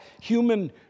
human